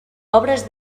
obres